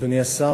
אדוני השר,